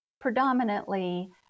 predominantly